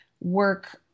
work